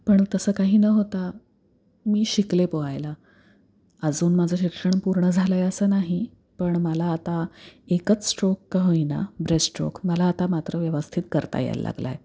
पण तसं काही न होता मी शिकले पोहायला अजून माझं शिक्षण पूर्ण झालं आहे असं नाही पण मला आता एकच स्ट्रोक का होईना ब्रेस्टस्ट्रोक मला आता मात्र व्यवस्थित करता यायला लागलाय